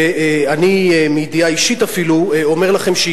ואני מידיעה אישית אפילו אומר לכם שהיא